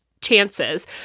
chances